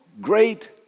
great